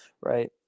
right